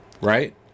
Right